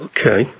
Okay